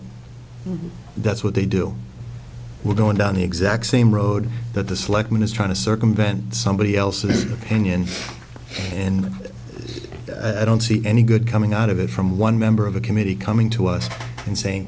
it that's what they do we're going down the exact same road that the selectmen is trying to circumvent somebody else's opinion and i don't see any good coming out of it from one member of a committee coming to us and saying